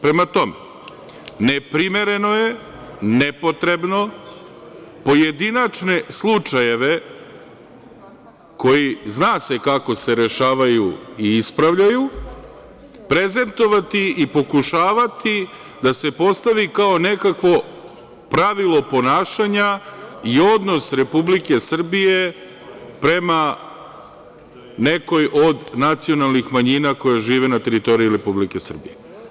Prema tome, neprimereno je, nepotrebno pojedinačne slučajeve, koji zna se kako se rešavaju i ispravljaju, prezentovati i pokušavati da se postavi kao nekakvo pravilo ponašanja i odnos Republike Srbije prema nekoj od nacionalnih manjina koje žive na teritoriji Republike Srbije.